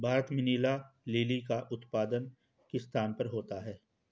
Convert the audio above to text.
भारत में नीला लिली का उत्पादन किस स्थान पर होता है?